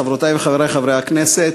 חברותי וחברי חברי הכנסת,